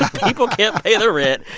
ah people can't pay their rent.